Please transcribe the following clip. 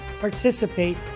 participate